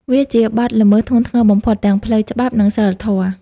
វាជាបទល្មើសធ្ងន់ធ្ងរបំផុតទាំងផ្លូវច្បាប់ និងសីលធម៌។